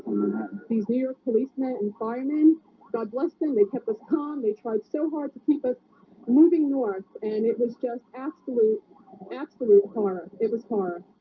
these new york policemen and firemen god bless them. they kept us calm they tried so hard to keep us moving north and it was just absolutely absolute color ah it was hard